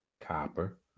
Copper